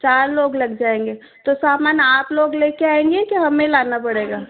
चार लोग लग जाएंगे तो सामान आप लोग लेकर आएंगे कि हमें लाना पड़ेगा